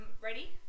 ready